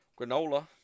Granola